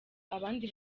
abandi